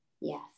Yes